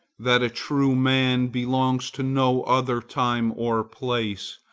that a true man belongs to no other time or place,